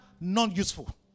non-useful